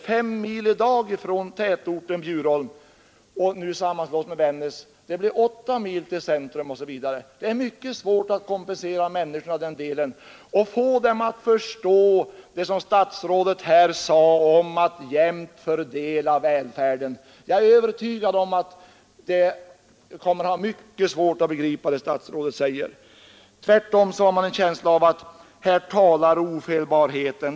De har i dag fem mil till tätorten, efter sammanslagningen med Vännäs blir det åtta mil. Det är mycket svårt att kompensera människorna i den delen och få dem att förstå det som statsrådet här sade om att jämnt fördela välfärden. Jag är övertygad om att de kommer att ha mycket svårt att begripa det som statsrådet här har sagt. Tvärtom har man en känsla av att här talar ofelbarheten.